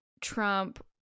trump